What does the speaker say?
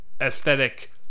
aesthetic